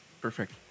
Perfect